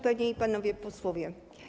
Panie i Panowie Posłowie!